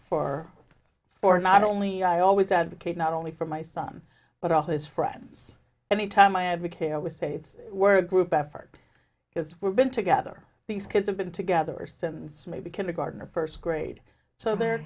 for for not only i always advocate not only for my i saw him but all his friends anytime i advocate i always say it's were a group effort because we're been together these kids have been together since maybe kindergarten or first grade so they're